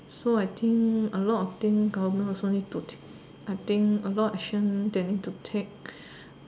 so I think a lot of thing government also need to take I think a lot of action they need to take